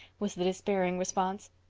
was the despairing response.